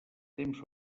temps